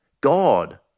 God